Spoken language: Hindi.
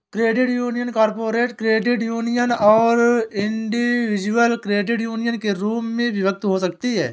credit union corporate credit union और इंडिविजुअल क्रेडिट यूनियन के रूप में विभक्त हो सकती हैं